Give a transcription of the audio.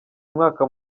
umwaka